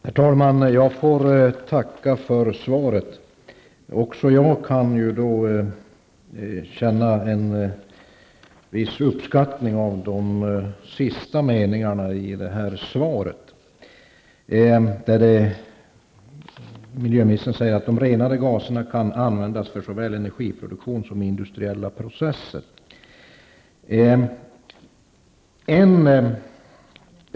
Herr talman! Jag får tacka för svaret. Även jag kan känna en viss uppskattning av den sista meningen i svaret, där miljöministern säger att de renade gaserna kan användas såväl för energiproduktion som i industriella processer.